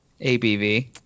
ABV